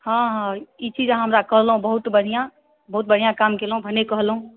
हाँ हाँ ई चीज अहाँ हमरा कहलहुँ बहुत बढ़िआँ बहुत बढ़िआँ काम कयलहुँ भने कहलहुँ